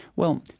well,